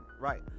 Right